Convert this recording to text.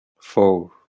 four